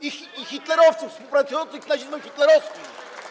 i hitlerowców współpracujących z nazizmem hitlerowskim.